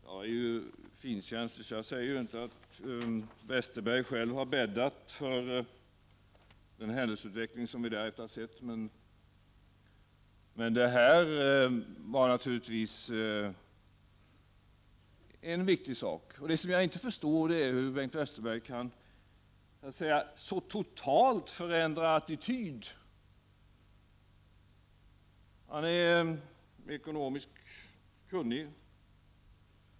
Jag är ju finkänslig, så jag säger inte att Westerberg själv har bäddat för den händelseutveckling som vi därefter har sett. Men detta citat är naturligtvis viktigt, och jag kan inte förstå hur Bengt Westerberg så totalt kan förändra attityd. Bengt Westerberg är ekonomiskt kunnig.